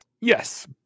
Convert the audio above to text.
yes